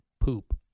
poop